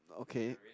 okay